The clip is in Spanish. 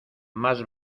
más